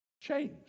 change